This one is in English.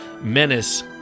menace